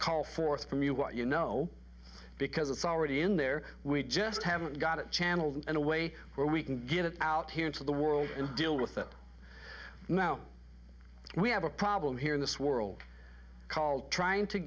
call forth from you what you know because it's already in there we just haven't got it channeled in a way where we can get it out here into the world and deal with it now we have a problem here in this world called trying to